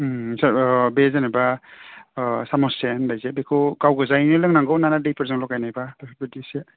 सार बे जेनोबा सामस से होन्नायखौ बेखौ गाव गोजायै लोंनांगौना दैफोरजों लगायनाइबा बेफोरबायदि इसे